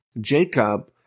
Jacob